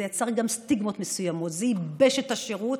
זה יצר גם סטיגמות מסוימות, זה ייבש את השירות,